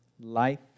Life